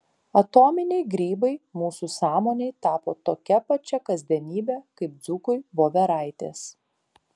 atominiai grybai mūsų sąmonei tapo tokia pačia kasdienybe kaip dzūkui voveraitės